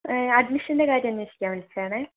അഡ്മിഷൻ്റെ കാര്യം അന്വേഷിക്കാൻ വിളിച്ചതാണേ